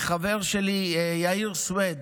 חבר שלי יאיר סוויד,